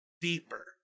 deeper